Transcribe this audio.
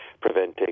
preventing